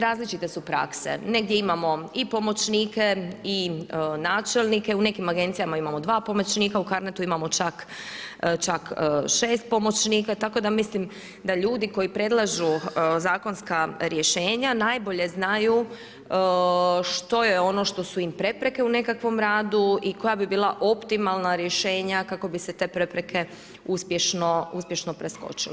Različite su prakse, negdje imamo i pomoćnike i načelnike, u nekim agencijama imamo 2 pomoćnika, u CARnetu čak 6 pomoćnika, tako da mislim da ljudi koji predlažu zakonska rješenja najbolje znaju što je ono što su im prepreke u nekakvom radu i koja bi bila optimalna rješenja kako bi se te prepreke uspješno preskočile.